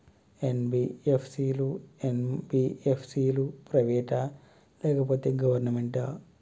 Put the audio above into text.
NBFC లు, MBFC లు private ఆ లేకపోతే గవర్నమెంటా?